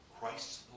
Christ